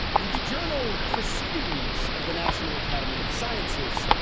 in the journal proceedings of the national academy of sciences,